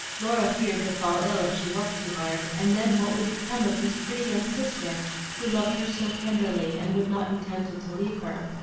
laura feared to fall ill if she worked too hard, and then what would become of this pretty young sister who loved her so tenderly and would not be tempted to leave her?